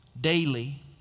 daily